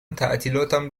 تعطیلاتم